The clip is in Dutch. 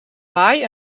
baai